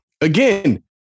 Again